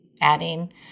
adding